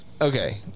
okay